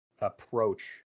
approach